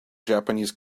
japanese